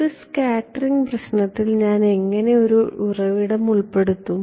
ഒരു സ്കാറ്ററിംഗ് പ്രശ്നത്തിൽ ഞാൻ എങ്ങനെ ഒരു ഉറവിടം ഉൾപ്പെടുത്തും